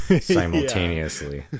simultaneously